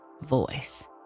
voice